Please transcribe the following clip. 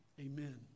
Amen